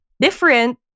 different